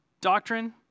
doctrine